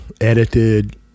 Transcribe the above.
edited